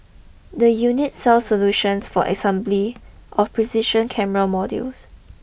the unit sell solutions for assembly of precision camera modules